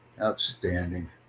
Outstanding